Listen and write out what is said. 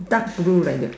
dark blue like that